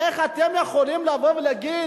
איך אתם יכולים לבוא ולהגיד,